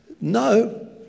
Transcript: No